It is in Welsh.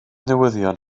newyddion